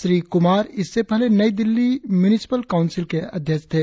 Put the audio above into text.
श्री कुमार इससे पहले New Delhi municipal council के अध्यक्ष थे